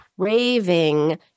craving